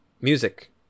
music